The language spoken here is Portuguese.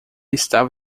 estava